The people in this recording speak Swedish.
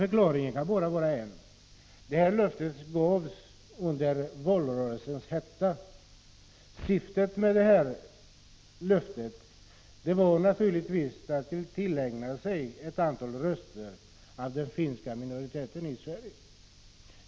Förklaringen kan bara vara en: detta löfte gavs i valrörelsens hetta, och syftet var naturligtvis att man ville tillägna sig ett antal röster från den finska minoriteten i Sverige.